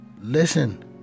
listen